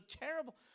terrible